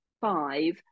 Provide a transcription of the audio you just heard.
five